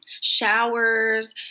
showers